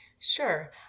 Sure